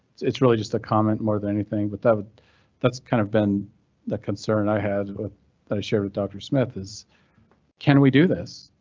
it's really just a comment more than anything, but that would that's kind of been the concern i had with the shared with dr smith is can we do this